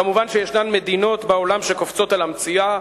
מובן שיש מדינות בעולם שקופצות על המציאה,